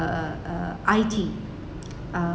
uh uh I_T uh